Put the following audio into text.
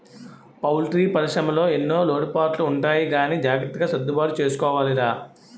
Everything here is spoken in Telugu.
పౌల్ట్రీ పరిశ్రమలో ఎన్నో లోటుపాట్లు ఉంటాయి గానీ జాగ్రత్తగా సర్దుబాటు చేసుకోవాలిరా